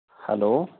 hello